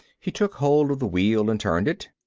he took hold of the wheel and turned it.